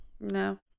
No